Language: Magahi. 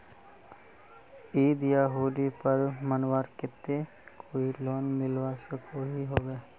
ईद या होली पर्व मनवार केते कोई लोन मिलवा सकोहो होबे?